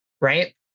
right